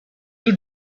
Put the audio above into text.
you